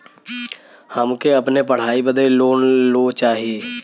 हमके अपने पढ़ाई बदे लोन लो चाही?